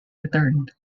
returned